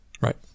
Right